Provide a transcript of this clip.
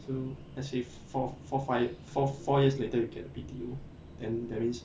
so as in four four five four four years later you get B_T_O then that means